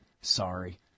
Sorry